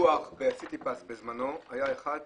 האחראי על הפיקוח בסיטיפס בזמנו היה אדם